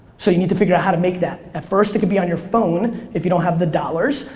so you need to figure out how to make that. at first it could be on your phone, if you don't have the dollars.